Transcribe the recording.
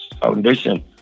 foundation